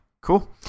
Cool